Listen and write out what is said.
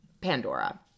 Pandora